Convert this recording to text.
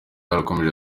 yarakomeje